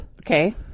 Okay